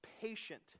patient